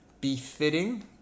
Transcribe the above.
befitting